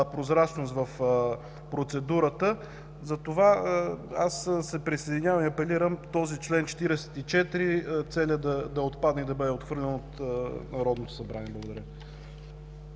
прозрачност в процедурата, затова се присъединявам и апелирам целият чл. 44 да отпадне и да бъде отхвърлен от Народното събрание. Благодаря.